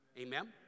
Amen